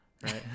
Right